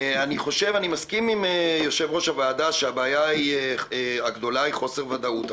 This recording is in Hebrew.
אני מסכים עם יושב-ראש הוועדה שהבעיה הגדולה היא חוסר ודאות,